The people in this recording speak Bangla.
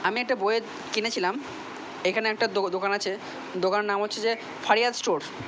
আমি একটা বয়ের কিনেছিলাম এখানে একটা দোকান আছে দোকানের নাম হচ্ছে যে ফারিয়া স্টোর্স